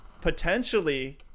potentially